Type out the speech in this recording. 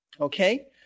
Okay